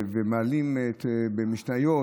ומעלים במשניות,